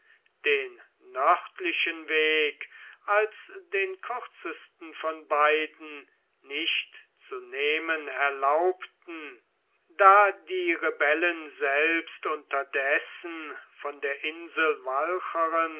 den nördlichen weg als den kürzesten von beiden nicht zu nehmen erlaubten da die rebellen selbst unterdessen von der insel walcheren